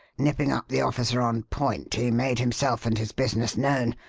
nipping up the officer on point, he made himself and his business known,